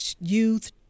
youth